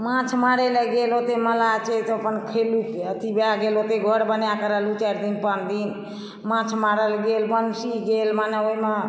माँछ मारै लए गेल हेतै मलाह छियै तऽ अपन ठेली अथी इएह गेल हेतै घर बना कऽ रहलू दू चारि दिन पाँच दिन माँछ मारै लए गेल बंसी गेल माने ओहिमे